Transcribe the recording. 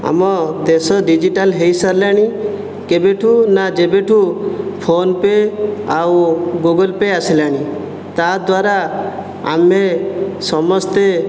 ଆମ ଦେଶ ଡିଜିଟାଲ୍ ହୋଇ ସାରିଲାଣି କେବେଠୁ ନା ଯେବେଠୁ ଫୋନ୍ପେ ଆଉ ଗୁଗୁଲ୍ପେ ଆସିଲାଣି ତା' ଦ୍ଵାରା ଆମେ ସମସ୍ତେ